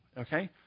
okay